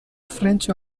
french